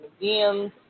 museums